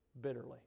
bitterly